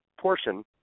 portion